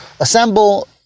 assemble